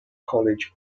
college